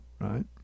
right